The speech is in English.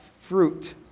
fruit